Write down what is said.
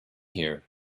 here